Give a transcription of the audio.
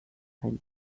sein